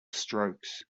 strokes